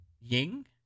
Ying